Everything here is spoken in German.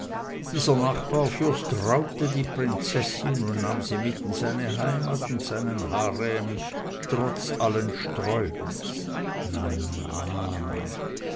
dieser nachbarfürst raubte die prinzessin und nahm sie mit in seine heimat und seinen harem trotz alles sträubens na